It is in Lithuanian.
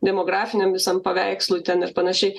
demografiniam visam paveikslui ten ir panašiai